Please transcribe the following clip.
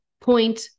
point